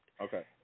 okay